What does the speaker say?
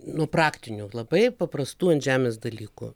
nuo praktinių labai paprastų ant žemės dalykų